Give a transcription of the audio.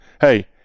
hey